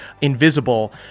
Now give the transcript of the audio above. invisible